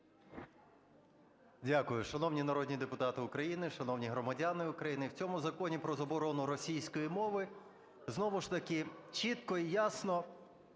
Дякую. Шановні народні депутати України, шановні громадяни України! В цьому законі про заборону російської мови знову ж таки чітко і ясно